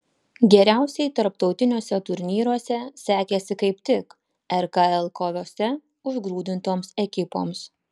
geriausiai tarptautiniuose turnyruose sekėsi kaip tik rkl kovose užgrūdintoms ekipoms